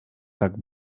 tak